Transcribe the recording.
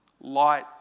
Light